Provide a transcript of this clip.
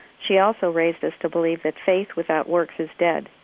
she also raised us to believe that faith without works is dead.